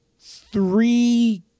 Three